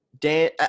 Dan